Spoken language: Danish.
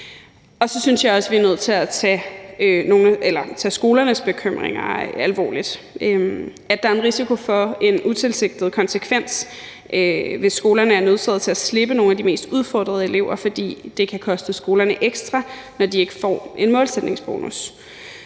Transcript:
vi er nødt til at tage skolernes bekymringer alvorligt. Der er en risiko for en utilsigtet konsekvens, hvis skolerne er nødsaget til at slippe nogle af de mest udfordrede elever, fordi det kan koste skolerne ekstra, når de ikke får en målsætningsbonus.